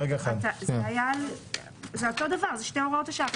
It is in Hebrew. זה אותו דבר, זה שתי הוראות השעה.